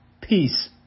Peace